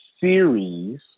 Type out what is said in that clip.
series